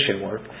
work